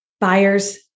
buyers